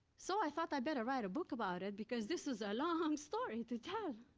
so, i thought i better write a book about it, because this is a long story to tell.